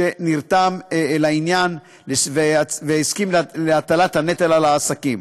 שנרתם לעניין והסכים להטלת הנטל על העסקים.